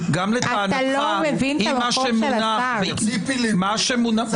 בתקופה של ציפי לבני.